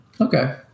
Okay